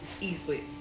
easily